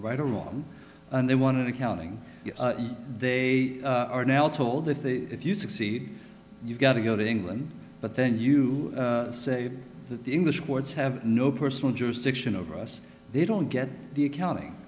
right or wrong and they wanted accounting they are now told that if you succeed you've got to go to england but then you say that the english boards have no personal jurisdiction over us they don't get the accounting